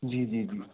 जी जी जी